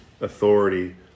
authority